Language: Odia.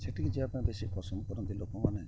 ସେଠିକି ଯିବା ପାଇଁ ବେଶି ପସନ୍ଦ କରନ୍ତି ଲୋକମାନେ